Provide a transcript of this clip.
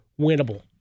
winnable